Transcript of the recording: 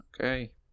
Okay